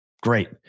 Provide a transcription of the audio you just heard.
Great